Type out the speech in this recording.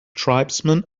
tribesmen